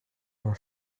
were